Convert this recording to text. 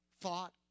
thought